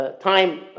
time